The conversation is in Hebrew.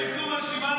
הם לא רוצים כלום.